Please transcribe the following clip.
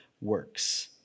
works